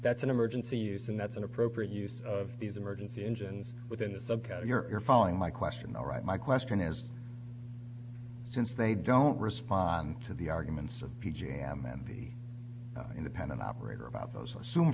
that's an emergency use and that's an appropriate use of these emergency engines within the county you're following my question all right my question is since they don't respond to the arguments of p g m and the independent operator about those